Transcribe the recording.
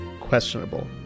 Questionable